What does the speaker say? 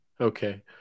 Okay